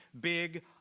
big